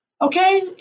Okay